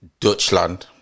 Dutchland